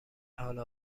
حال